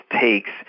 takes